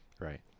right